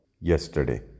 yesterday